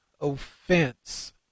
offense